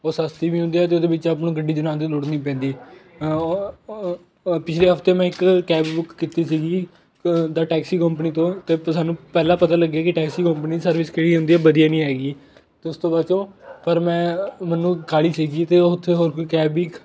ਉਹ ਸਸਤੀ ਵੀ ਹੁੰਦੀ ਆ ਅਤੇ ਉਹਦੇ ਵਿੱਚ ਆਪਾਂ ਨੂੰ ਗੱਡੀ ਚਲਾਉਣ ਦੀ ਲੋੜ ਨਹੀਂ ਪੈਂਦੀ ਪਿਛਲੇ ਹਫ਼ਤੇ ਮੈਂ ਇੱਕ ਕੈਬ ਬੁੱਕ ਕੀਤੀ ਸੀਗੀ ਕ ਗ ਟੈਕਸੀ ਕੰਪਨੀ ਤੋਂ ਅਤੇ ਉਹ 'ਤੇ ਸਾਨੂੰ ਪਹਿਲਾਂ ਪਤਾ ਲੱਗਿਆ ਕਿ ਟੈਕਸੀ ਕੰਪਨੀ ਸਰਵਿਸ ਕਿਹੜੀ ਹੁੰਦੀ ਵਧੀਆ ਨਹੀਂ ਹੈਗੀ ਅਤੇ ਉਸ ਤੋਂ ਬਾਅਦ 'ਚੋਂ ਪਰ ਮੈਂ ਮੈਨੂੰ ਕਾਹਲੀ ਸੀਗੀ ਅਤੇ ਉਹ ਉੱਥੇ ਹੋਰ ਕੋਈ ਕੈਬ ਵੀ ਇੱਕ